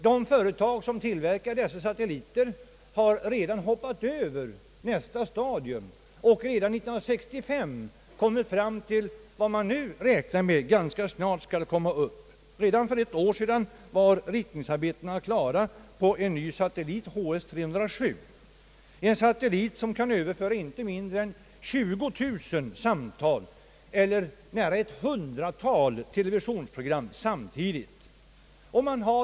De företag som tillverkar dessa satelliter har faktiskt hoppat över nästa stadium och redan 1965 kommit fram till det man nu räknar med att ganska snart kunna sända upp. Redan för ett år sedan var ritningsarbetena klara för en ny satellit, HS 307, som kommer att kunna överföra inte mindre än 20 000 telefonsamtal eller nära ett hundratal TV-program samtidigt.